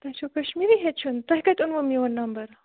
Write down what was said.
تۄہہِ چھو کشمیٖری ہیٚچھُن تۄہہِ کتہِ اوٚنو میون نمبر